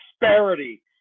disparity